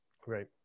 Great